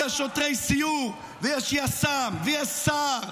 יש שוטרי סיור ויש יס"מ ויש סה"ר.